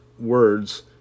words